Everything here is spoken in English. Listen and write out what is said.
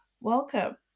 welcome